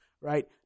right